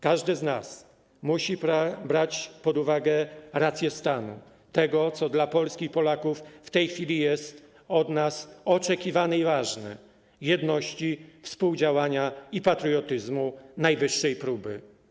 Każdy z nas musi brać pod uwagę rację stanu, to, co dla Polski i Polaków w tej chwili od nas jest oczekiwane i ważne, jedność, współdziałanie i patriotyzm najwyższej próby.